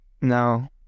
No